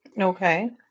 Okay